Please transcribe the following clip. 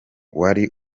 wari